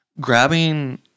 grabbing